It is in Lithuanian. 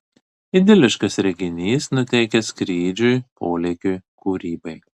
idiliškas reginys nuteikia skrydžiui polėkiui kūrybai